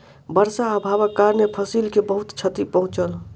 वर्षा अभावक कारणेँ फसिल के बहुत क्षति पहुँचल